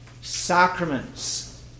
Sacraments